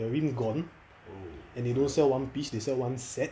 the rim gone and they don't sell one piece they sell one set